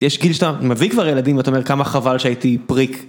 יש גיל שאתה מביא כבר ילדים ואתה אומר כמה חבל שהייתי פריק.